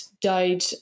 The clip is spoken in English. died